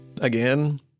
again